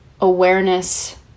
awareness